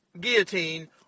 guillotine